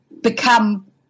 become